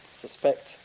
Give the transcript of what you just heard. suspect